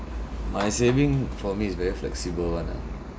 my saving for me is very flexible [one] ah